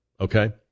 okay